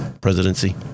presidency